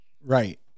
Right